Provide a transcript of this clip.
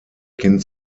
kind